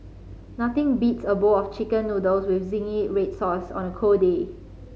nothing beats a bowl of Chicken Noodles with zingy red sauce on a cold day